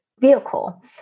vehicle